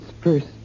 first